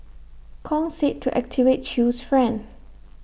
Kong said to activate chew's friend